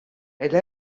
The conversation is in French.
elle